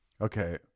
Okay